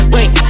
Wait